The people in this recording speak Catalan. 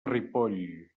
ripoll